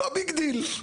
לא ביג דיל.